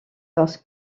parce